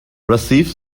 received